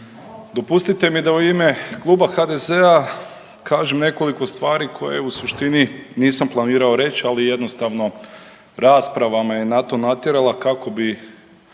Dopustite mi da u ime Kluba HDZ-a kažem nekoliko stvari koje u suštini nisam planirao reći, ali jednostavno rasprava me na to naterala kako bi